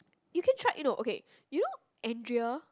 you can try you know okay you know Andrea